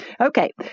okay